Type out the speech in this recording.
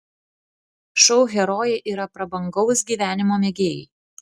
šou herojai yra prabangaus gyvenimo mėgėjai